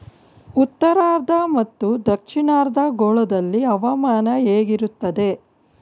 ಉತ್ತರಾರ್ಧ ಮತ್ತು ದಕ್ಷಿಣಾರ್ಧ ಗೋಳದಲ್ಲಿ ಹವಾಮಾನ ಹೇಗಿರುತ್ತದೆ?